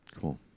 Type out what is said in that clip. Cool